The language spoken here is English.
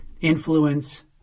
influence